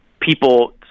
people